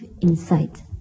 insight